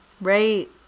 Right